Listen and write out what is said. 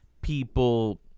people